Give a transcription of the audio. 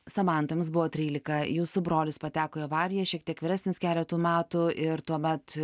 samanta jums buvo trylika jūsų brolis pateko į avariją šiek tiek vyresnis keletu metų ir tuomet